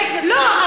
לא,